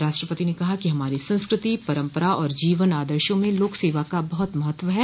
उन्होंने कहा कि हमारे संस्कृति परम्परा और जीवन आदर्शो में लोकसेवा का बहुत महत्व है